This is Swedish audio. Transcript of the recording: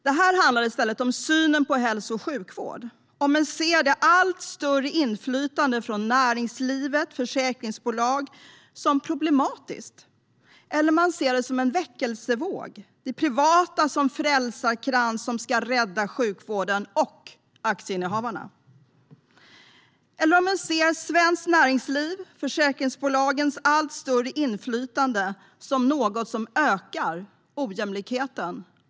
Det här handlar i stället om synen på hälso och sjukvård, om en ser det allt större inflytandet från näringslivet och försäkringbolag som problematiskt, eller om en ser det som en väckelsevåg, det privata som frälsarkrans som ska rädda sjukvården och aktieinnehavarna, eller om en ser svenskt näringslivs och försäkringsbolagens allt större inflytande som något som ökar ojämlikheten.